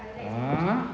!huh!